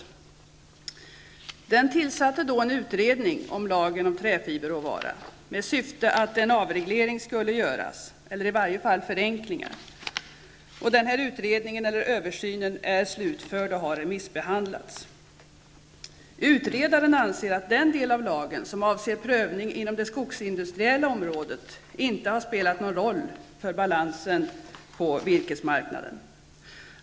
Regeringen tillsatte en utredning om lagen om träfiberråvara med syfte att en avreglering, eller i varje fall förenklingar, skulle genomföras. Denna utredning -- eller översyn -- är slutförd och har remissbehandlats. Utredaren anser att den del av lagen som avser prövning inom det skogsindustriella området inte har spelat någon roll för balansen på virkesmarknaden.